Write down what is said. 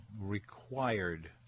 required